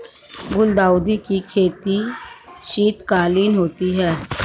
गुलदाउदी की खेती शीतकालीन होती है